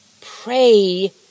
pray